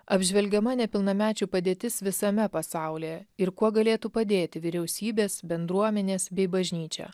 apžvelgiama nepilnamečių padėtis visame pasaulyje ir kuo galėtų padėti vyriausybės bendruomenės bei bažnyčia